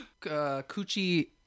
Coochie